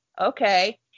okay